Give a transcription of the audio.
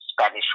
Spanish